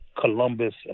Columbus